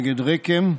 נגד רק"מ,